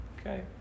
Okay